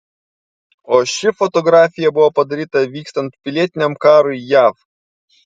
o ši fotografija buvo padaryta vykstant pilietiniam karui jav